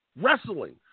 wrestling